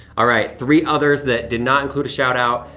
all right, three others that did not include a shout-out,